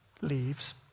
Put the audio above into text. leaves